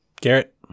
Garrett